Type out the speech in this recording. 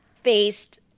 faced